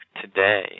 today